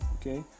Okay